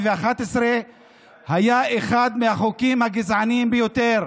היה אחד מהחוקים הגזענים ביותר,